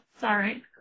Sorry